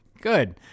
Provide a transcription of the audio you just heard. Good